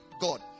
God